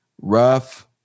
rough